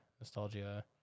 nostalgia